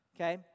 okay